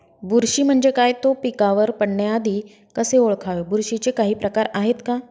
बुरशी म्हणजे काय? तो पिकावर पडण्याआधी कसे ओळखावे? बुरशीचे काही प्रकार आहेत का?